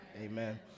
amen